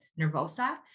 nervosa